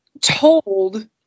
told